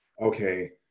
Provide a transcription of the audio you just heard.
okay